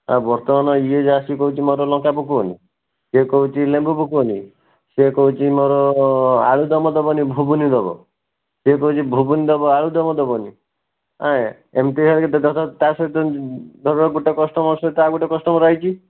ବର୍ତ୍ତମାନ ଇଏ ଯାହା ଆସିକି କହୁଛି ମୋର ଲଙ୍କା ପକଅନି କିଏ କହୁଚି ଲେମ୍ବୁ ପକାଅନି ସେ କହୁଛି ମୋର ଆଳୁଦମ ଦେବନି ଘୁଗୁନି ଦେବ ସେ କହୁଛି ଘୁଗୁନି ଦେବ ଆଳୁଦମ ଦେବନି ଏଁ ଏମିତିକା ହେଇ ଧର ତା ସହିତ ଧର ଗୋଟେ କଷ୍ଟମର୍ ସହିତ ଆଉ ଗୋଟେ କଷ୍ଟମର୍ ଆଇଛି